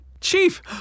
Chief